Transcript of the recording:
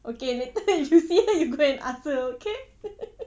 okay later you see her you go and ask her okay